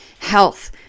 health